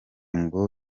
ngo